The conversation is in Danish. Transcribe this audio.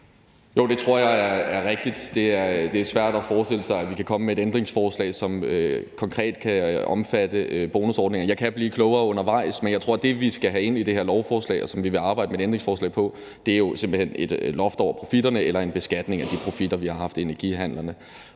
Jo, det tror jeg er rigtigt. Det er svært at forestille sig, at vi kan komme med et ændringsforslag, som konkret kan omfatte bonusordninger. Jeg kan blive klogere undervejs, men jeg tror, at det, vi skal have ind i det her lovforslag, og som vi vil arbejde med et ændringsforslag om, simpelt hen er et loft over profitterne eller en beskatning af de profitter, vi har haft i energihandlerne.